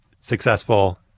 successful